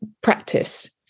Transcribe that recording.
practice